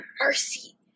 mercy